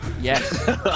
Yes